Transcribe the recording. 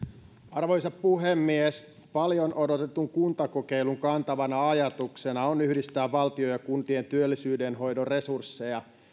arvoisa puhemies paljon odotetun kuntakokeilun kantavana ajatuksena on yhdistää valtion ja kuntien työllisyyden hoidon resursseja